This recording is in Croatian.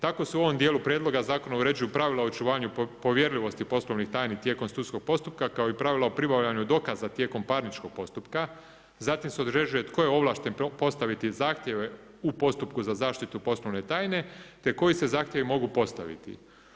Tako se u ovom dijelu prijedloga zakona uređuju pravila o očuvanju povjerljivosti poslovnih tajni tijekom sudskog postupka kao i pravila o pribavljanju dokaza tijekom parničnog postupka, zatim se određuje tko je ovlašten postaviti zahtjeve u postupku za zaštitu poslovne tajne te koji se zahtjevi mogu postaviti.